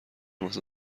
واسه